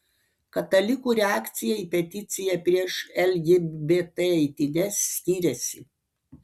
katalikų reakcija į peticiją prieš lgbt eitynes skiriasi